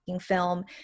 film